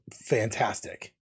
fantastic